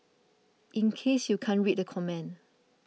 in case you can't read the comment